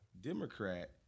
Democrat